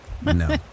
No